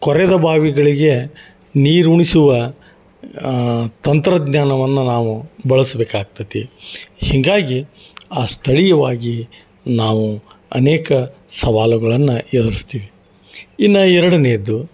ಕೊರೆದ ಬಾವಿಗಳಿಗೆ ನೀರುಣಿಸುವ ತಂತ್ರಜ್ಞಾನವನ್ನು ನಾವು ಬಳಸಬೇಕಾಗ್ತತಿ ಹೀಗಾಗಿ ಆ ಸ್ಥಳೀಯವಾಗಿ ನಾವು ಅನೇಕ ಸವಾಲುಗಳನ್ನು ಎದುರ್ಸ್ತಿವಿ ಇನ್ನ ಎರಡನೆಯದ್ದು